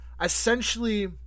essentially